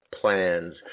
plans